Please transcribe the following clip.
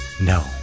No